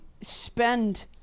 spend